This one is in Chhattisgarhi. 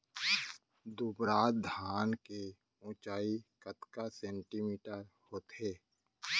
दुबराज धान के ऊँचाई कतका सेमी होथे?